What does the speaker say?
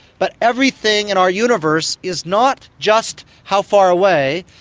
but everything in our universe is not just how far away,